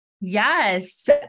Yes